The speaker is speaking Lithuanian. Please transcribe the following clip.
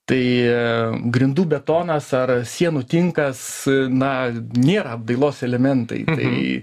tai grindų betonas ar sienų tinkas na nėra apdailos elementaitai